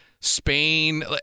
Spain